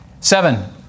Seven